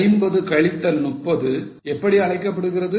50 கழித்தல் 30 எப்படி அழைக்கப்படுகிறது